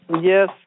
Yes